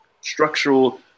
structural